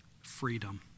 Freedom